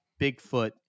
Bigfoot